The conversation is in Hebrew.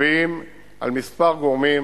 מצביעים על כמה גורמים